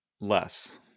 Less